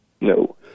no